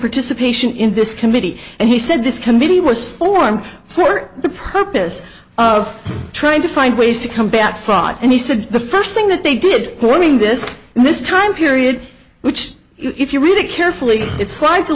participation in this committee and he said this committee was formed for the purpose of trying to find ways to combat fraud and he said the first thing that they did forming this in this time period which if you read it carefully